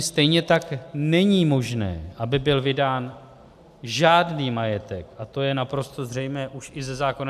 Stejně tak není možné, aby byl vydán žádný majetek, a to je naprosto zřejmé už i ze zákona 428/2012 Sb.